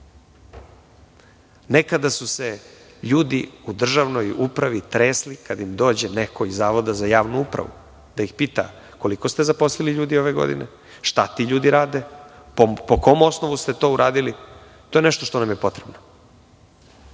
Nekada su se ljudi u državnoj upravi tresli kada im dođe neko iz Zavoda za javnu upravu da ih pita koliko ste zaposlili ljudi ove godine, šta ti ljudi rade, po kom osnovu ste to uradili. To je nešto što nam je potrebno. Izvinite